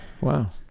Wow